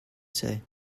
say